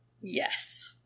Yes